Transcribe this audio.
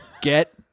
get